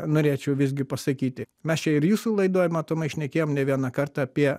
norėčiau visgi pasakyti mes čia ir jūsų laidoj matomai šnekėjom ne vieną kartą apie